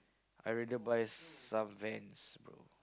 I rather buy some Vans bro